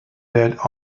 that